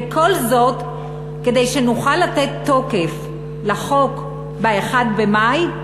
וכל זאת כדי שנוכל לתת תוקף לחוק ב-1 במאי,